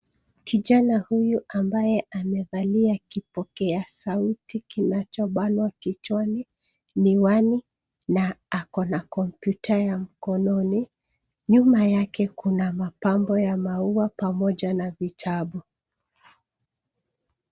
Kijana huyu ambaye amevalia kipokea sauti kinachobanwa kichwani miwani na akona kompyuta ya mkononi, nyuma yake kuna mapambo ya maua pamoja na vitabu.